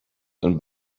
and